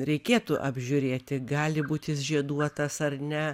reikėtų apžiūrėti gali būt jis žieduotas ar ne